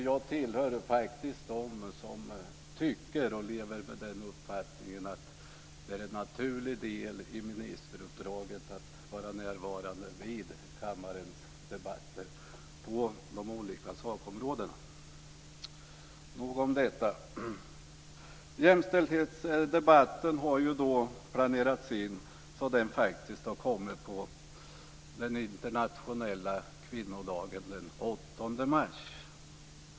Jag hör faktiskt till dem som tycker och lever med uppfattningen att det är en naturlig del i ministeruppdraget att vara närvarande vid kammarens debatter på respektive ministers sakområde. Nog om detta. Jämställdhetsdebatten har planerats in så att den faktiskt hålls på den internationella kvinnodagen, den 8 mars.